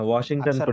Washington